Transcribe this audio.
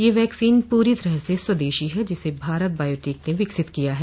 यह वैक्सीन पूरी तरह से स्वदेशी है जिसे भारत बायोटेक ने विकसित किया है